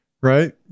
Right